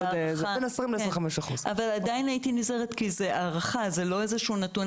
זו הערכה, זה לא איזשהו נתון.